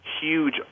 huge